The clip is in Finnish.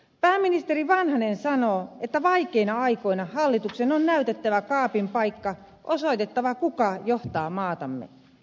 pääministeri vanhanen sanoo että vaikeina aikoina hallituksen on näytettävä kaapin paikka osoitettava kuka johtaa maatamme